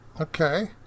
Okay